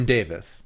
Davis